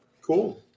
cool